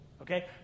Okay